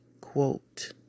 quote